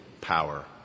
power